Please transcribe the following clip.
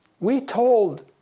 we told